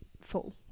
full